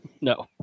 No